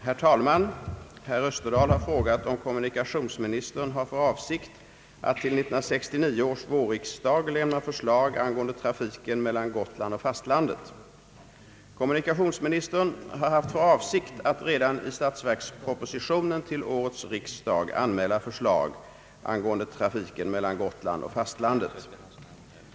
Herr talman! Herr Österdahl har frågat om kommunikationsministern har för avsikt att till 1969 års vårriksdag lämna förslag angående trafiken mellan Gotland och fastlandet. Kommunikationsministern har haft för avsikt att redan i statsverkspropositionen till årets riksdag anmäla förslag angående trafiken mellan Gotland och fastlandet.